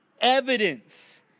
evidence